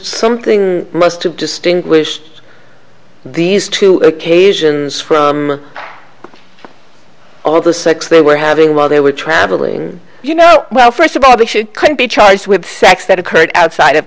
something must have distinguished these two occasions from all the six they were having while they were traveling you know well first of all they should could be charged with sex that occurred outside of